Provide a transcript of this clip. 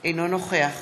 אינו נוכח